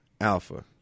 Alpha